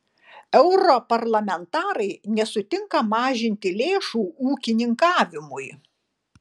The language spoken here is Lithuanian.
europarlamentarai nesutinka mažinti lėšų ūkininkavimui